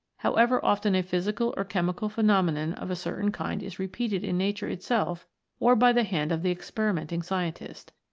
however often a physical or chemical phenomenon of a certain kind is repeated in nature itself or by the hand of the experiment ing scientist.